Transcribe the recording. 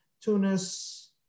Tunis